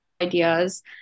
ideas